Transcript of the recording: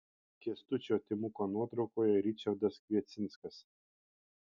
kęstučio timuko nuotraukoje ričardas kviecinskas